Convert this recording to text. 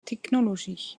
technologies